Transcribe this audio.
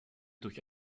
durch